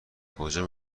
کجا